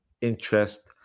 interest